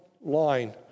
line